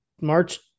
March